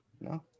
No